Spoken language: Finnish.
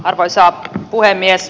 arvoisa puhemies